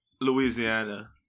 Louisiana